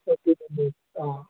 ఖచ్చితంగా ఇస్తా